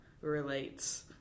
relates